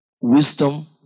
wisdom